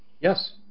Yes